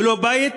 ללא בית,